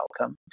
outcome